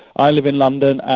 i live in london,